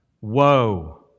Woe